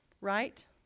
right